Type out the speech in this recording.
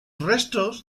restos